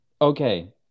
okay